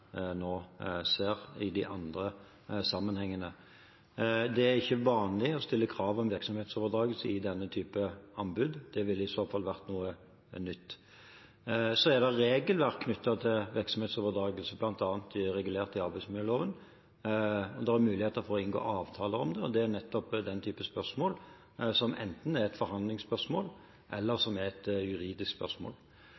nå ser, i andre sammenhenger. Det er ikke vanlig å stille krav om virksomhetsoverdragelse i denne type anbud. Det ville i så fall vært noe nytt. Så er det regelverk knyttet til virksomhetsoverdragelse, bl.a. regulert i arbeidsmiljøloven, og det er muligheter for å inngå avtaler om det. Det er nettopp den type spørsmål som enten er et forhandlingsspørsmål, eller